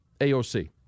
AOC